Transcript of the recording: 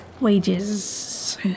wages